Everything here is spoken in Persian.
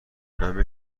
همه